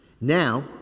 Now